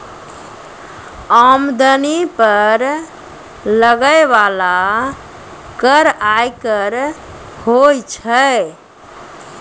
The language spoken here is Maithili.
आमदनी पर लगै बाला कर आयकर होय छै